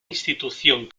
institución